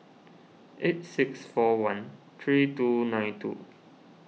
eight six four one three two nine two